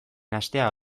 nahastea